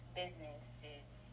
businesses